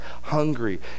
hungry